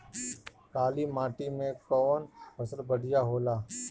काली माटी मै कवन फसल बढ़िया होला?